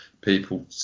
people